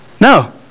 No